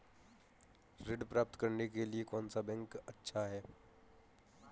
ऋण प्राप्त करने के लिए कौन सा बैंक अच्छा है?